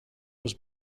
was